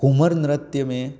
घूमर नृत्य में